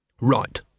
Right